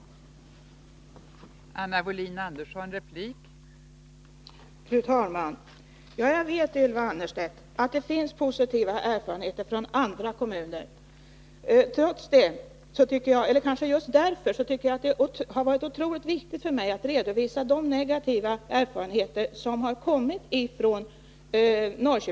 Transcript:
Onsdagen den